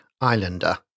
Islander